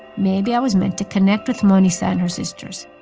maybe i was meant to connect with manisha and her sisters.